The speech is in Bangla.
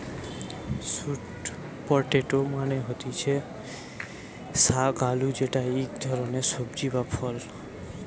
স্যুট পটেটো মানে হতিছে শাক আলু যেটা ইক ধরণের সবজি বা ফল